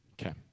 Okay